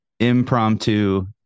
impromptu